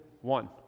one